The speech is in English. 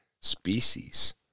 species